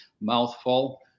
mouthful